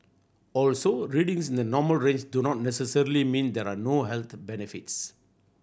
also readings in the normal range do not necessarily mean there are no health benefits